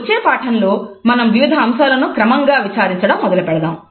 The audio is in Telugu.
వచ్చే పాఠంలో మనం వివిధ అంశాలను క్రమంగా విచారించటం మొదలుపెడతాం